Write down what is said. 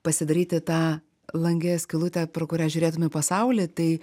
pasidaryti tą lange skylutę pro kurią žiūrėtum į pasaulį tai